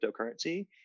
cryptocurrency